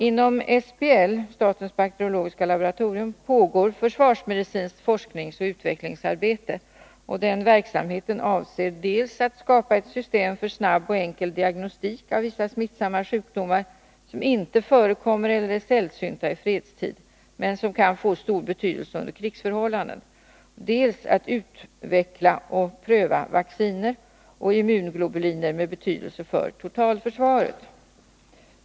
Inom statens bakteriologiska laboratorium pågår försvarsmedicinskt forskningsoch utvecklingsarbete. Den verksamheten avser dels att skapa ett system för snabb och enkel diagnostik av vissa smittsamma sjukdomar som inte förekommer eller är sällsynta i fredstid men som kan få stor betydelse under krigsförhållanden, dels att utveckla och pröva vacciner och immunglobuliner med betydelse för totalförsvaret.